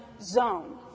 zone